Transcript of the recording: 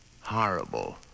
horrible